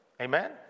Amen